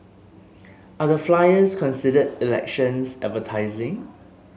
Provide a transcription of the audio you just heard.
are the flyers considered elections advertising